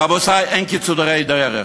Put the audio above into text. רבותי, אין קיצורי דרך.